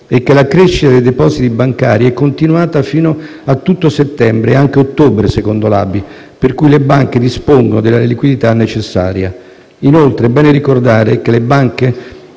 è che la crescita dei depositi bancari è continuata fino a tutto settembre (e anche ottobre, secondo l'ABI), per cui le banche dispongono della liquidità necessaria. Inoltre, è bene ricordare che le banche